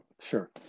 Sure